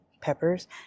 peppers